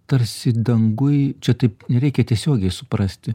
tarsi danguj čia taip nereikia tiesiogiai suprasti